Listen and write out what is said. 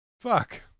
Fuck